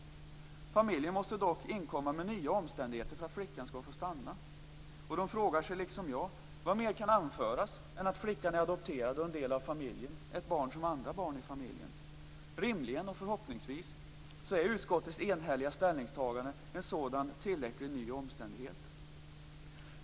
Familjen måste dock inkomma med nya omständigheter för att flickan skall få stanna. De frågar sig liksom jag: Vad mer kan anföras än att flickan är adopterad och är en del av familjen, ett barn som andra barn i familjen? Rimligen och förhoppningsvis är utskottets enhälliga ställningstagande en tillräcklig sådan ny omständighet.